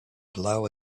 blow